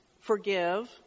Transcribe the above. forgive